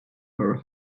her